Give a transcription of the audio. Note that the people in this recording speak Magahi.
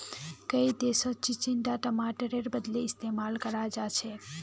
कई देशत चिचिण्डा टमाटरेर बदली इस्तेमाल कराल जाछेक